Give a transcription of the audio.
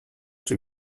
czy